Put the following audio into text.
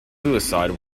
suicide